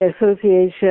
Association